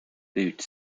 butte